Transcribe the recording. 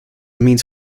means